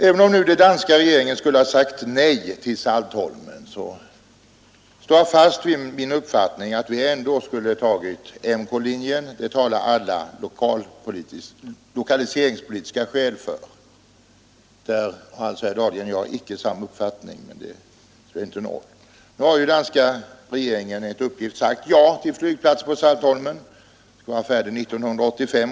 Även om den danska regeringen skulle ha sagt nej till Saltholm, står jag fast vid min uppfattning att vi ändå skulle ha tagit MK-linjen, det talar alla lokaliseringspolitiska skäl för. Härvidlag har alltså herr Dahlgren och jag icke samma uppfattning. Nu har danska regeringen just i dag sagt ja till flygplats på Saltholm, och man räknar med att den skall vara färdig 1985.